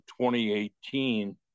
2018